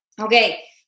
Okay